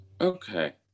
Okay